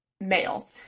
male